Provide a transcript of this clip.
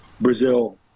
Brazil